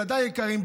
ילדיי היקרים,